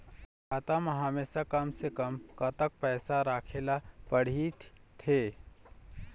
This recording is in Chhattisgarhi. खाता मा हमेशा कम से कम कतक पैसा राखेला पड़ही थे?